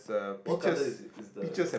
what color is it is the